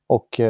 Och